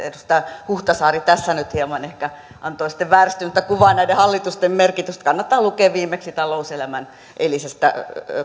edustaja huhtasaari tässä nyt hieman ehkä antoi sitten vääristynyttä kuvaa näiden hallitusten merkityksistä kannattaa lukea talouselämän eilisestä